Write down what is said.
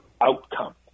outcome